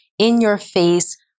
in-your-face